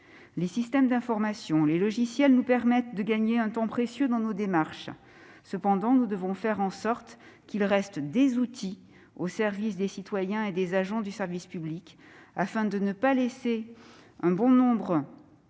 Les systèmes d'information et les logiciels nous permettent de gagner un temps précieux dans nos démarches. Cependant, nous devons faire en sorte qu'ils restent des outils au service des citoyens et des agents du service public, afin d'éviter que bon nombre